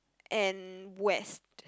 and west